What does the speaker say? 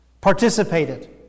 participated